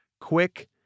quick